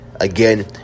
again